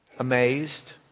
Amazed